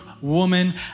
woman